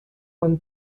when